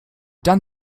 done